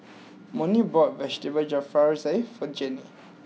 Monnie bought Vegetable Jalfrezi for Gene